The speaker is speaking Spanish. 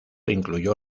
incluyó